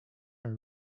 are